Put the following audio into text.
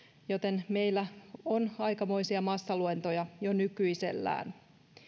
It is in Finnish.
joten meillä on aikamoisia massaluentoja jo nykyisellään